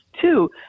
Two